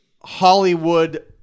Hollywood